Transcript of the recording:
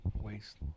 waste